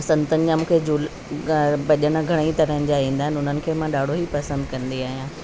संतनि जा मूंखे गा भॼन घणेई तरहनि जा ईंदा आहिनि उन्हनि खे मां ॾाढो ई पसंदि कंदी आहियां